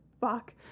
fuck